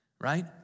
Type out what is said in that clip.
right